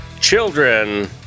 children